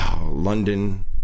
London